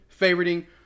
favoriting